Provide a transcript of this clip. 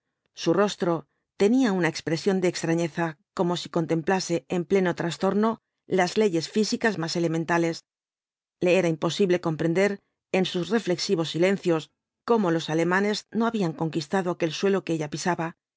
su rostro tenía una expresión de extrañeza como si contemplase en pleno trastorno las leyes físicas más elementales le era imposible comprender en sus reflexivos silencios cómo los alemanes no habían conquistado aquel suelo que ella pisaba y